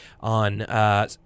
on